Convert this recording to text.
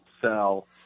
sell